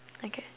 okay